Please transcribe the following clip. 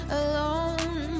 alone